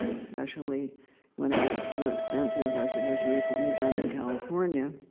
especially when it gets too expensive, as it has recently done in california.